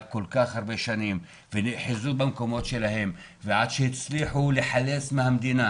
כל כך הרבה שנים ונאחזו במקומות שלהם ועד שהצליחו לחלץ מהמדינה,